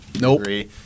Nope